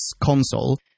console